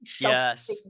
Yes